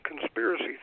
conspiracy